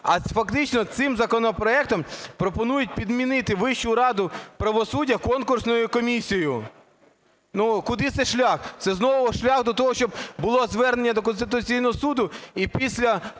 а фактично цим законопроектом пропонують підмінити Вищу раду правосуддя конкурсною комісією. Куди цей шлях? Це знову шлях до того, щоб було звернення до Конституційного Суду? І після